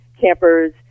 campers